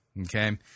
okay